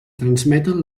transmeten